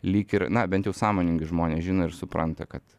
lyg ir na bent jau sąmoningi žmonės žino ir supranta kad